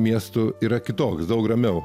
miestu yra kitoks daug ramiau